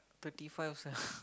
thirty five how sia